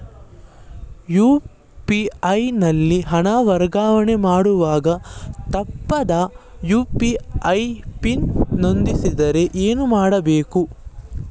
UPI ನಲ್ಲಿ ಹಣ ವರ್ಗಾವಣೆ ಮಾಡುವಾಗ ತಪ್ಪಾದ ಯು.ಪಿ.ಐ ಪಿನ್ ನಮೂದಿಸಿದರೆ ಏನು ಮಾಡಬೇಕು?